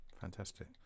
Fantastic